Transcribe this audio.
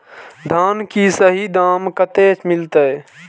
धान की सही दाम कते मिलते?